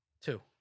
Two